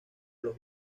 los